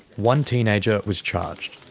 one teenager was charged.